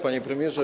Panie Premierze!